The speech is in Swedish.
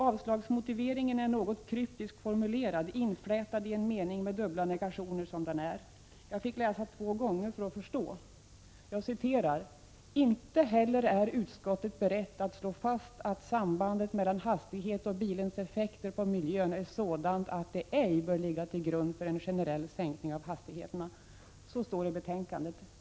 Avslagsmotiveringen är något kryptiskt formulerad, inflätad som den är i en mening med dubbla negationer. Jag fick läsa två gånger för att förstå. Utskottet skriver: ”Inte heller är utskottet berett att slå fast att sambandet mellan hastighet och bilens effekter på miljön är sådant att det ej bör ligga till grund för en generell sänkning av hastigheten.” Så står det i betänkandet.